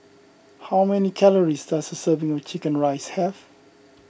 how many calories does a serving of Chicken Rice have